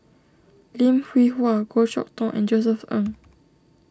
Lim Hwee Hua Goh Chok Tong and Josef Ng